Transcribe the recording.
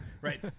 right